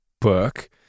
book